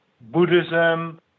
Buddhism